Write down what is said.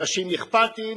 אנשים אכפתיים,